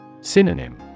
Synonym